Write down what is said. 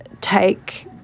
take